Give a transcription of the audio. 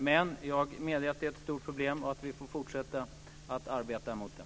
Men jag medger att det är ett stort problem och att vi får fortsätta att arbeta med det.